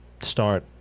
start